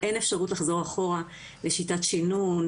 אין אפשרות לחזור אחורה לשיטת שינון,